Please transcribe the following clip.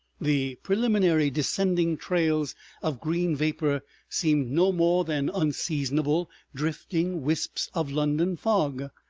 the preliminary descending trails of green vapor seemed no more than unseasonable drifting wisps of london fog.